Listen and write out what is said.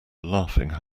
laughing